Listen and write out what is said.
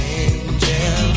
angel